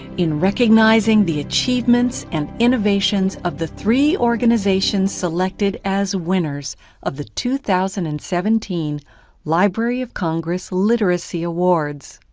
in recognizing the achievements, and innovations of the three organizations selected as winners of the two thousand and seventeen library of congress literacy awards.